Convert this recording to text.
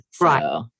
Right